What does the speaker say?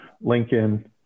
Lincoln